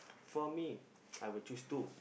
for me I would choose two